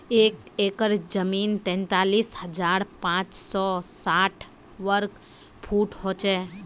एक एकड़ जमीन तैंतालीस हजार पांच सौ साठ वर्ग फुट हो छे